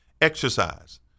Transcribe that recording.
exercise